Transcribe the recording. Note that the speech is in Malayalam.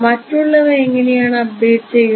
മറ്റുള്ളവ എങ്ങനെയാണ് അപ്ഡേറ്റ് ചെയ്യുന്നത്